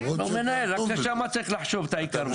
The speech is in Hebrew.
לא לנהל, רק שם צריך לחשוב, העיקרון.